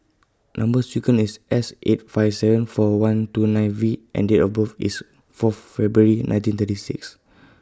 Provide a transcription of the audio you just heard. Number sequence IS S eight five seven four one two nine V and Date of birth IS Fourth February nineteen thirty six